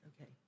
Okay